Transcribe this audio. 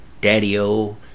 Daddy-o